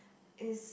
is